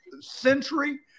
century